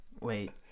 Wait